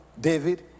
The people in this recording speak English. David